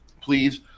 please